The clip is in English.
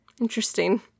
interesting